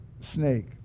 snake